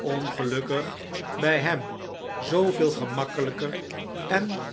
ongelukkig by hem zooveel gemakkelijker en